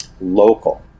Local